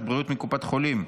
(סגירת סניפים בנק קבועים),